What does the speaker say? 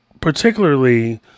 particularly